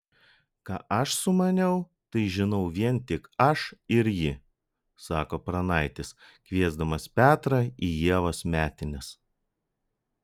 ką aš sumaniau tai žinau vien tik aš ir ji sako pranaitis kviesdamas petrą į ievos metines